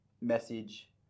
message